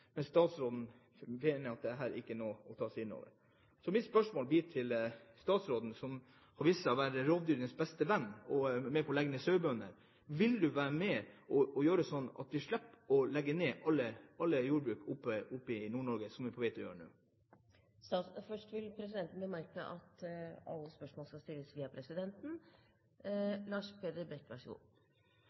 men statsråden mener at dette ikke er noe å ta inn over seg. Så mitt spørsmål til statsråden, som har vist seg å være rovdyrenes beste venn, og som er med på å legge ned sauebruk, er: Vil du være med på å gjøre det slik at vi slipper å legge ned alt jordbruk i Nord-Norge, som vi er på vei til å gjøre nå? Presidenten vil bemerke at alle spørsmål skal stilles via presidenten.